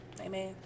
Amen